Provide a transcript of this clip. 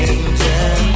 Angel